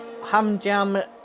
Hamjam